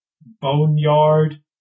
boneyard